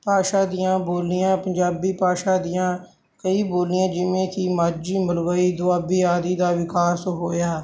ਭਾਸ਼ਾ ਦੀਆਂ ਬੋਲੀਆਂ ਪੰਜਾਬੀ ਭਾਸ਼ਾ ਦੀਆਂ ਕਈ ਬੋਲੀਆਂ ਜਿਵੇਂ ਕਿ ਮਾਝੀ ਮਲਵਈ ਦੁਆਬੀ ਆਦਿ ਦਾ ਵਿਕਾਸ ਹੋਇਆ